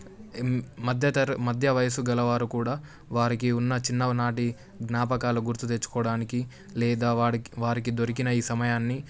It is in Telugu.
ఎన్ మధ్యతర మధ్య వయసు గలవారు కూడా వారికి ఉన్న చిన్ననాటి జ్ఞాపకాలు గుర్తు తెచ్చుకోవడానికి లేదా వాడి వారికి దొరికిన ఈ సమయాన్ని